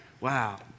wow